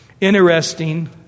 Interesting